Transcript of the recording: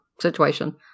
situation